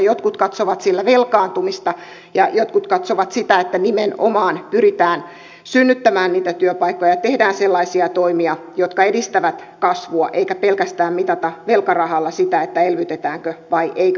jotkut katsovat sillä velkaantumista ja jotkut katsovat sitä että nimenomaan pyritään synnyttämään niitä työpaikkoja ja tehdään sellaisia toimia jotka edistävät kasvua eikä pelkästään mitata velkarahalla sitä elvytetäänkö vai eikö elvytetä